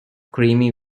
creamy